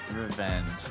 revenge